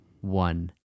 one